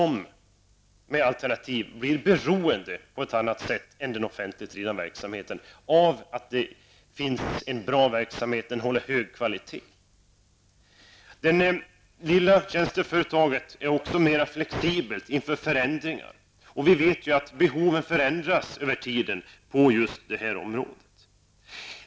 Om man inför alternativ blir man som producent beroende på ett annat sätt än inom den offentligt drivna verksamheten av att det är en bra verksamhet och att den håller hög kvalitet. Det lilla tjänsteföretaget är också mera flexibelt inför förändringar. Vi vet att behovet på just här området förändras över tiden.